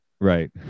right